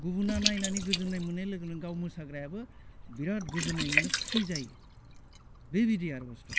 गुबुना नायनानै गोजोन्नाय मोन्नाय लोगो लोगोनो गाव मोसाग्रायाबो बिराद गोजोन्नाय मोनो खुसि जायो बेबायदि आरो बस्थुआ